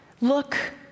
look